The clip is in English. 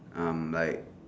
um like